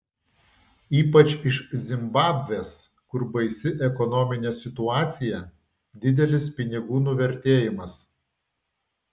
ypač iš zimbabvės kur baisi ekonominė situacija didelis pinigų nuvertėjimas